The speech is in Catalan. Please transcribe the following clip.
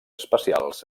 especials